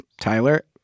Tyler